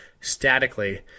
statically